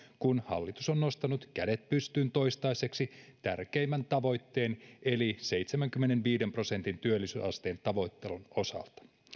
kun hallitus on nostanut kädet pystyyn toistaiseksi tärkeimmän tavoitteen eli seitsemänkymmenenviiden prosentin työllisyysasteen tavoittelun osalta